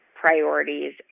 priorities